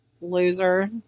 loser